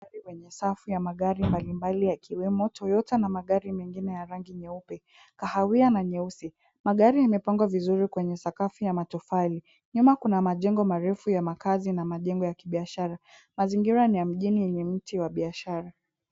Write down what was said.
Safu ya magari mbalimbali yakiwemo Toyota na magari mengine ya rangi nyeupe, kahawia na nyeusi. Magari yamepangwa vizuri kwenye sakafu ya matofali. Nyuma kuna majengo marefu ya makaazi na majengo ya kibiashara. Mazingira ni ya mjini yenye mti wa biashara.